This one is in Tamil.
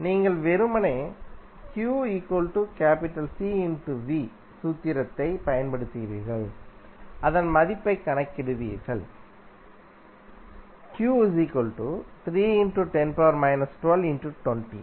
நீங்கள் வெறுமனே சூத்திரத்தைப் பயன்படுத்துகிறீர்கள் அதன் மதிப்பைக் கணக்கிடுவீர்கள் pC